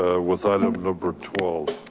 ah with ah and number twelve.